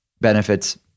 benefits